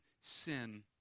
sin